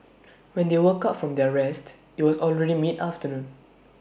when they woke up from their rest IT was already mid afternoon